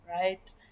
right